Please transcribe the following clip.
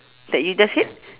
that you just said